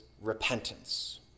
repentance